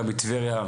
גם מטבריה,